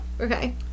Okay